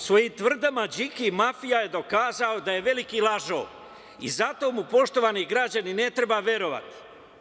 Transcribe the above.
Svojim tvrdnjama "Điki mafija" je dokazao da je veliki lažov i zato mu, poštovani građani, ne treba verovati.